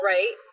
Right